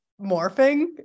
morphing